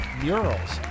murals